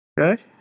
Okay